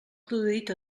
produït